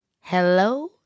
Hello